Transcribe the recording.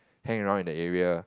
hang around in the area